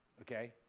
Okay